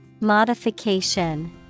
modification